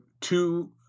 two